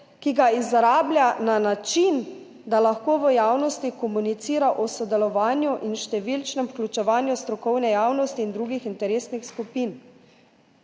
ki ga izrablja na način, da lahko v javnosti komunicira o sodelovanju in številčnem vključevanju strokovne javnosti in drugih interesnih skupin.